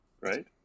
right